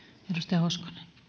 arvoisa rouva